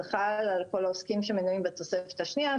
חל על כל העוסקים שמנויים בתוספת השנייה,